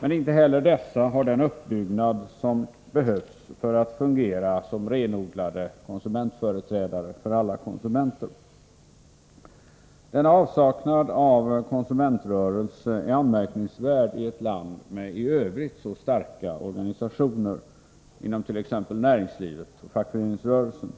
Men inte heller dessa har den utbyggnad som behövs för att fungera som renodlade konsumentföreträdare för alla konsumenter. En avsaknad av konsumentrörelsen är anmärkningsvärd i ett land med i övrigt så starka organisationer inom t.ex. näringslivet och fackföreningsrörelsen.